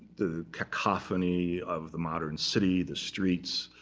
the cacophony of the modern city, the streets,